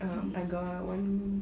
um I got one